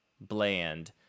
bland